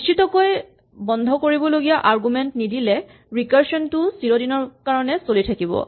নিশ্চিতকৈ বন্ধ কৰিবলগীয়া আৰগুমেন্ট নিদিলে ৰিকাৰছন টোও চিৰদিনৰ কাৰণে চলি থাকিব